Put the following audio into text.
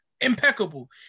impeccable